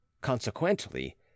Consequently